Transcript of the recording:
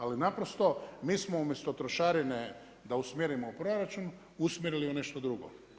Ali naprosto, mi smo umjesto trošarine da usmjerimo u proračun, usmjerili u nešto drugo.